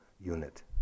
unit